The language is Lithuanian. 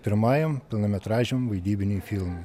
pirmajam pilnametražiam vaidybiniui filmui